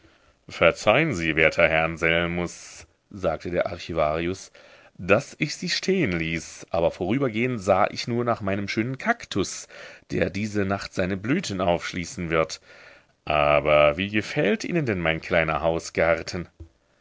verzeihen sie werter herr anselmus sagte der archivarius daß ich sie stehen ließ aber vorübergehend sah ich nur nach meinem schönen cactus der diese nacht seine blüten aufschließen wird aber wie gefällt ihnen denn mein kleiner hausgarten